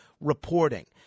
reporting